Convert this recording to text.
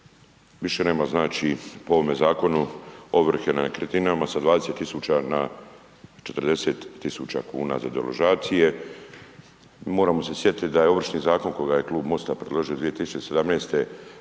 više nema znači po ovome zakonu ovrhe na nekretninama sa 20.000 na 40.000 kuna za deložacije. Moramo se sjetit da je Ovršni zakon koji je Klub MOST-a predložio 2017. davao